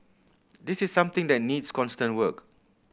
this is something that needs constant work